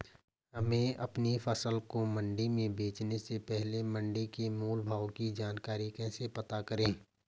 हमें अपनी फसल को मंडी में बेचने से पहले मंडी के मोल भाव की जानकारी कैसे पता करें?